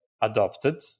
adopted